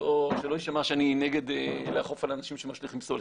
שלא יישמע שאני נגד לאכוף על אנשים שמשליכים פסולת.